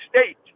State